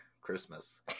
Christmas